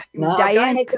Diane